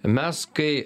mes kai